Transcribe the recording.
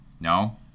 No